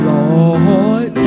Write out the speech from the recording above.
Lord